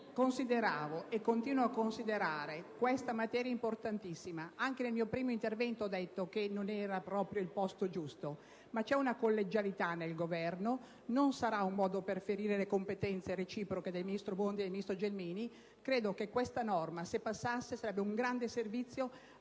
consideravo e continuo a considerare questa materia importantissima. Anche nel mio primo intervento ho detto che non era proprio il posto giusto, ma c'è una collegialità nel Governo: non sarà un modo per ferire le competenze reciproche del ministro Bondi e del ministro Gelmini. Credo che questa norma, se fosse approvata, renderebbe un grande servizio